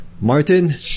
Martin